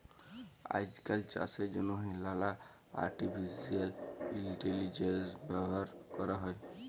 আইজকাল চাষের জ্যনহে লালা আর্টিফিসিয়াল ইলটেলিজেলস ব্যাভার ক্যরা হ্যয়